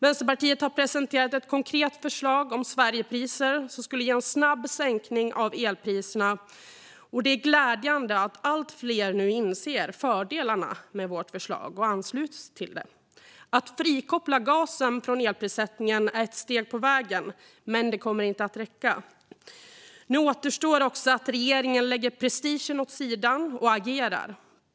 Vänsterpartiet har presenterat ett konkret förslag om Sverigepriser, som skulle ge en snabb sänkning av elpriserna, och det är glädjande att allt fler inser fördelarna med vårt förslag och ansluter sig till det. Att frikoppla gasen från elprissättningen är ett steg på vägen, men det kommer inte att räcka. Nu återstår att regeringen lägger prestigen åt sidan och agerar.